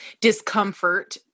discomfort